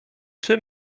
czy